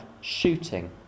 shooting